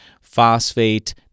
phosphate